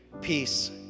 peace